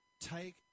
take